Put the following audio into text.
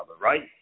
Right